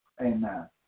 Amen